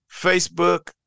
Facebook